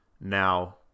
now